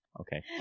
okay